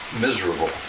miserable